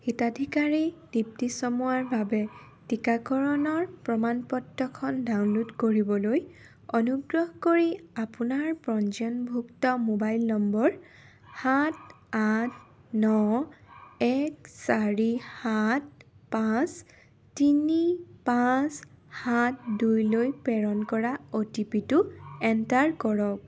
হিতাধিকাৰী দীপ্তী চামুৱাৰ বাবে টিকাকৰণৰ প্ৰমাণ পত্ৰখন ডাউনল'ড কৰিবলৈ অনুগ্ৰহ কৰি আপোনাৰ পঞ্জীয়নভুক্ত মোবাইল নম্বৰ সাত আঠ ন এক চাৰি সাত পাঁচ তিনি পাঁচ সাত দুই লৈ প্ৰেৰণ কৰা অ' টি পি টো এণ্টাৰ কৰক